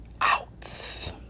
out